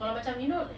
kalau macam you know